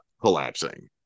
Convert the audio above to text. collapsing